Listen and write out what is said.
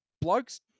blokes